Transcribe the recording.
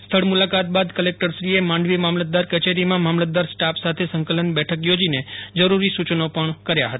સ્થળ મુલાકાત બાદ કલેકટરશ્રીએ માંડવીની મામલતદાર કચેરીમાં મામલતદાર સ્ટાફ સાથે સંકલન બેઠક યોજીને જરૂરી સૂચનો પણ કર્યા હતા